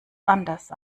anders